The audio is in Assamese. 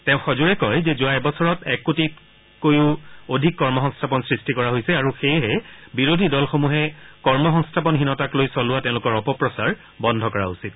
তেওঁ সজোৰে কয় যে যোৱা এবছৰত এক কোটিতকৈও অধিক কৰ্মসংস্থাপন সৃষ্টি কৰা হৈছে আৰু সেয়েহে বিৰোধী দলসমূহে কৰ্মসংস্থাপনহীনতাক লৈ চলোবা তেওঁলোকৰ অপপ্ৰচাৰ বন্ধ কৰা উচিত